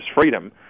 freedom